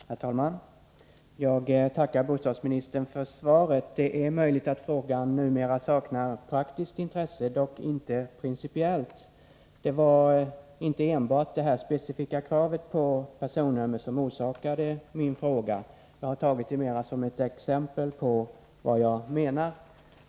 Herr talman! Jag tackar bostadsministern för svaret. Det är möjligt att frågan numera saknar praktiskt intresse, dock inte principiellt. Det var inte enbart detta specifika krav på personnummer som orsakade min fråga. Jag har tagit det mera som ett exempel på vad jag menar.